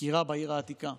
דקירה בעיר העתיקה.